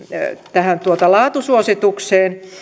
tähän laatusuositukseen